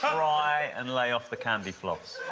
try and lay off the candyfloss.